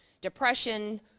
depression